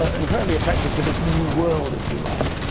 ah incredibly attractive for this new world, if you like.